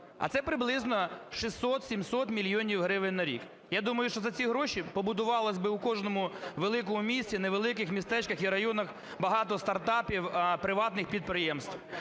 а це приблизно 600-700 мільйонів гривень на рік. Я думаю, що за ці гроші побудувалось би у кожному великому місті, невеликих містечках і районах багато стартапів, приватних підприємств